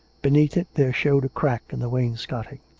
beneath it there showed a crack in the wainscoting.